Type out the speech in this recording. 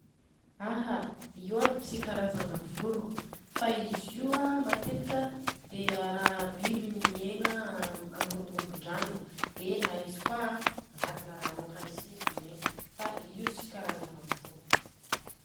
Aha, izy io aby tsy karazagna vorogna fa izy io a matetika an dia a raha biby miegna amoromorondrano. Dia na izy koa agnatina rano akagny si izy miegna fa io tsy karazagna vorogna.